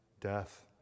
death